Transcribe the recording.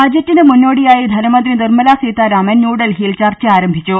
ബജറ്റിന് മുന്നോടിയായി ധനമന്ത്രി നിർമലാ സീതാരാമൻ ന്യൂഡൽഹിയിൽ ചർച്ച ആരംഭിച്ചു